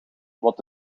wat